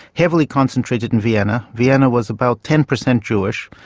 heavily concentrated in vienna. vienna was about ten percent jewish.